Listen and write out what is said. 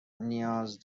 نیاز